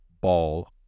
Ball